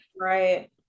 Right